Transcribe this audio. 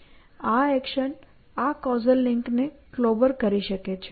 આ એક્શન આ causal link ને ક્લોબર કરી શકે છે